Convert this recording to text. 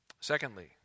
Secondly